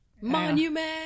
Monument